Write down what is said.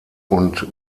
und